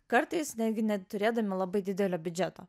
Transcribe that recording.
kartais netgi neturėdami labai didelio biudžeto